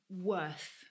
worth